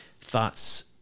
thoughts